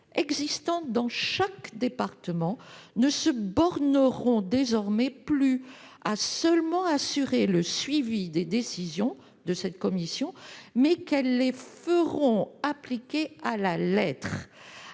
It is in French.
existant dans chaque département ne se borneront plus à assurer seulement le suivi des décisions de cette commission, mais les feront appliquer à la lettre,